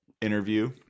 interview